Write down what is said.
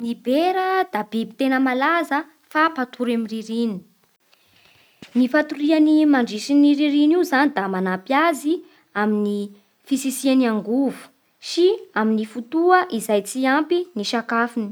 Ny bera da biby tegna malaza fa mpatory amin'ny ririny. Ny fatoriany mandritsy ny rininy io zany da manampy azy amin'ny fitsitsiany angovo sy amin'ny fotoa izay tsy ampy ny sakafony.